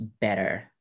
better